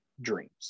dreams